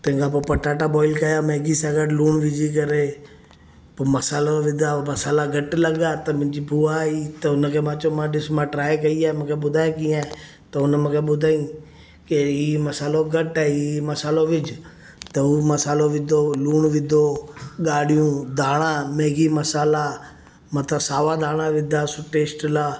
तंहिंखां पोइ पटाटा बॉइल कया मैगी सां गॾु लुणु विझी करे पोइ मसालो विधा मसाला घटि लॻा त मुंंहिंजी बुआ आई त उनखे मां चयो मां ॾिस मां ट्राए कई आहे मूंखे ॿुधाइ कीअं आहे त हुन मूंखे ॿुधाई की इहो मसालो घटि आहे इहे इहे मसालो विझ त उहो मसालो विधो लुणु विधो ॻाडियूं दाणा मैगी मसाला मथां सावा दाणा विधा सु टेस्ट लाइ